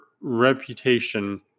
reputation